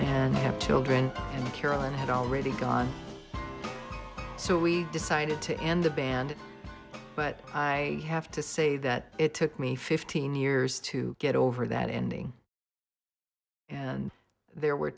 and children and carolyn had already gone so we decided to end the band but i have to say that it took me fifteen years to get over that ending and there were